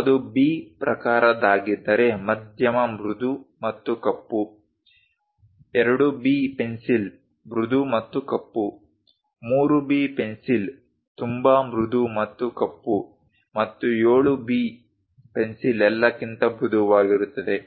ಅದು B ಪ್ರಕಾರದಾಗಿದ್ದರೆ ಮಧ್ಯಮ ಮೃದು ಮತ್ತು ಕಪ್ಪು 2B ಪೆನ್ಸಿಲ್ ಮೃದು ಮತ್ತು ಕಪ್ಪು 3B ಪೆನ್ಸಿಲ್ ತುಂಬಾ ಮೃದು ಮತ್ತು ಕಪ್ಪು ಮತ್ತು 7B ಪೆನ್ಸಿಲ್ ಎಲ್ಲಕ್ಕಿಂತ ಮೃದುವಾಗಿರುತ್ತದೆ